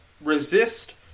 resist